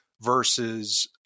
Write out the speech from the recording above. versus